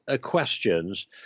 questions